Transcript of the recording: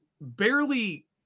barely